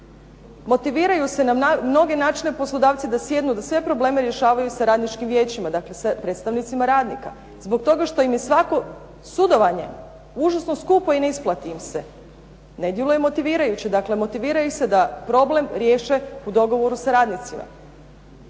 Motiviraju se na mnoge načine poslodavci da sjednu i da sve probleme rješavaju sa radničkim vijećima, dakle sa predstavnicima radnika zbog toga što im je svako sudovanje užasno skupo i ne isplati im se. Ne djeluje motivirajuće. Dakle, motiviraju se da problem riješe u dogovoru sa radnicima.